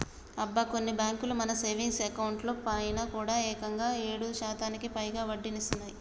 అబ్బా కొన్ని బ్యాంకులు మన సేవింగ్స్ అకౌంట్ లో పైన కూడా ఏకంగా ఏడు శాతానికి పైగా వడ్డీనిస్తున్నాయి